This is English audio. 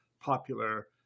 popular